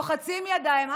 לוחצים ידיים.